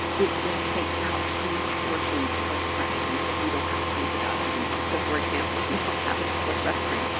it just takes out huge portions of questions that you don't have to think about anymore. so for example, if you don't have a public restroom,